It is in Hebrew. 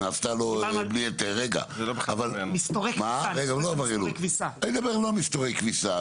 אני לא מדבר על מסתורי כביסה,